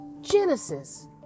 Genesis